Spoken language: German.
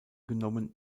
genommen